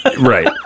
right